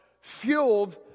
...fueled